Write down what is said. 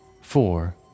four